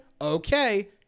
okay